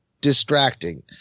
distracting